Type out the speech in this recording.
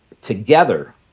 together